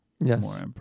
Yes